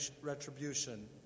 retribution